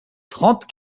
trente